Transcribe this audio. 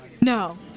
No